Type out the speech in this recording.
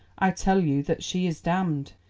i tell you that she is damned.